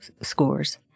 scores